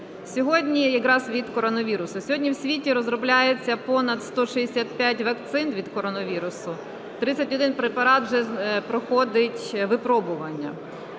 про вакцинацію від коронавірусу. Сьогодні в світі розробляється понад 165 вакцин від коронавірусу, 31 препарат вже проходить випробування.